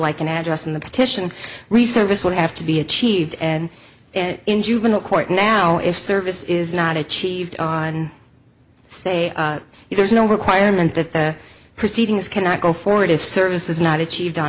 like an address in the petition resurface would have to be achieved and it in juvenile court now if service is not achieved on say there's no requirement that the proceedings cannot go forward if service is not achieved on